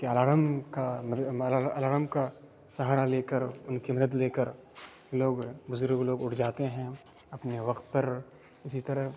کہ الارم کا الارم کا سہارا لے کر ان کی مدد لے کر لوگ بزرگ لوگ اٹھ جاتے ہیں اپنے وقت پر اسی طرح